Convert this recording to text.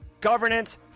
governance